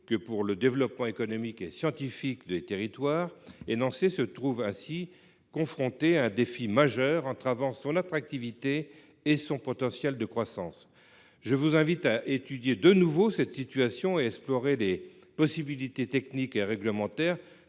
que pour le développement économique et scientifique des territoires. La commune de Nançay se trouve ainsi confrontée à un défi majeur, entravant son attractivité et son potentiel de croissance. Je vous invite à étudier de nouveau cette situation et à explorer les possibilités techniques et réglementaires